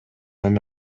эми